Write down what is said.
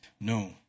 No